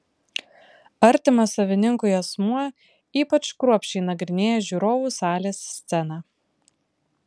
artimas savininkui asmuo ypač kruopščiai nagrinėja žiūrovų salės sceną